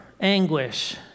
anguish